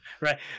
right